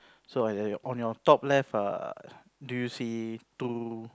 so ah on your top left ah do you see two